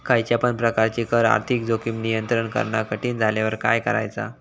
खयच्या पण प्रकारची कर आर्थिक जोखीम नियंत्रित करणा कठीण झाल्यावर काय करायचा?